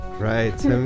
Right